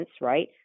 right